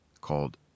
called